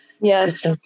Yes